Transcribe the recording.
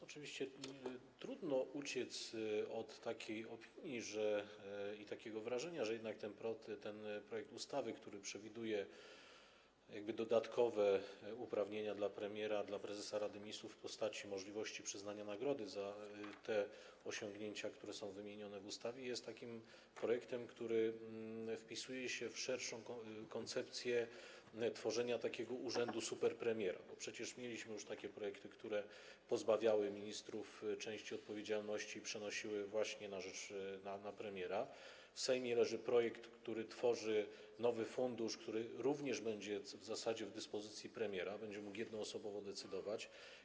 Oczywiście trudno uciec od takiej opinii i takiego wrażenia, że jednak ten projekt ustawy, który przewiduje dodatkowe uprawnienia dla premiera, dla prezesa Rady Ministrów w postaci możliwości przyznania nagrody za osiągnięcia, które są wymienione w ustawie, jest projektem, który wpisuje się w szerszą koncepcję tworzenia takiego urzędu superpremiera, bo przecież mieliśmy już takie projekty, które pozbawiały ministrów części odpowiedzialności i przenosiły ją właśnie na premiera, w Sejmie leży projekt, który tworzy nowy fundusz, który również będzie w zasadzie w dyspozycji premiera, premier będzie mógł jednoosobowo decydować.